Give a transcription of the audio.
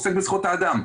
שעוסק בזכויות האדם.